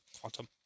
quantum